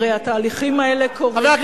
הרי התהליכים האלה קורים, עם מי,